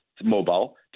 mobile